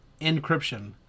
encryption